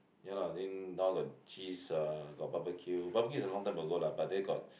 ya lah then now got cheese uh got barbecue barbecue is long time ago lah but there got